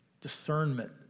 discernment